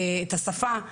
את השפה,